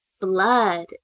blood